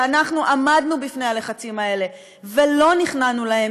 ואנחנו עמדנו בפני הלחצים האלה ולא נכנענו להם,